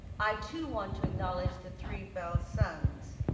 i too, want to acknowledge the three bell sons,